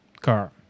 car